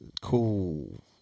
cool